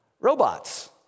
Robots